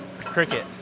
cricket